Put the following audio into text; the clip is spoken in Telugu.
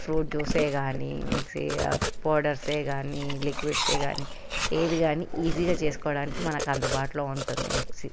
ఫ్రూట్ జ్యూసే కాని మిక్సీ పౌడర్సే కాని లిక్విడ్సే కాని ఏది కాని ఈజీగా చేసుకోవడానికి మనకి అందుబాటులో ఉంటుంది మిక్సీ